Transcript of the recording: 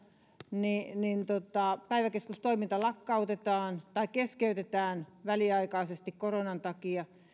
niin niin kun päiväkeskustoiminta lakkautetaan tai keskeytetään väliaikaisesti koronan takia